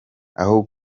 aho